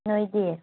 ꯅꯣꯏꯗꯤ